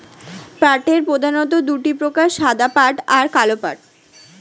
পাটের প্রধানত দুটি প্রকার সাদা পাট আর কালো পাট